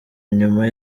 nyuma